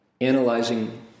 analyzing